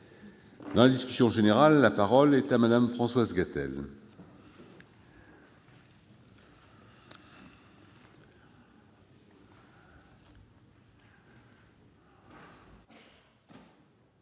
Dans la discussion générale, la parole est à Mme Françoise Gatel,